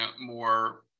more